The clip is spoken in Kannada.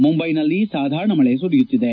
ಮುಂಬೈನಲ್ಲಿ ಸಾಧಾರಣ ಮಳೆ ಸುರಿಯುತ್ತಿದೆ